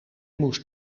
moest